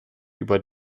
über